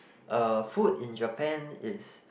uh food in Japan is